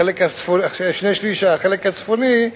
החלק הצפוני,